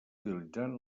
utilitzant